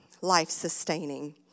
life-sustaining